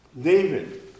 David